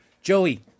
Joey